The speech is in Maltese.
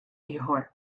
ieħor